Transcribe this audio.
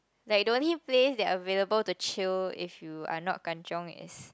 like the only place that are available to chill if you are not kan-chiong is